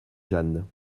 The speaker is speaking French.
jeanne